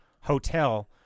Hotel